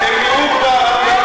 אתם מיעוט בעם,